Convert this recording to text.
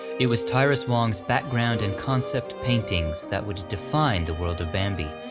it was tyrus wong's background and concept paintings that would define the world of bambi,